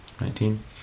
Nineteen